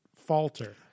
falter